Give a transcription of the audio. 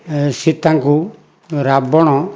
ସୀତାଙ୍କୁ ରାବଣ